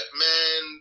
man